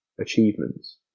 achievements